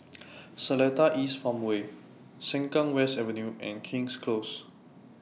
Seletar East Farmway Sengkang West Avenue and King's Close